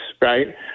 right